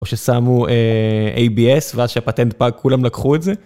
או ששמו ABS ואז שהפטנט פג כולם לקחו את זה.